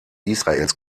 israels